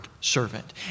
servant